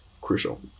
crucial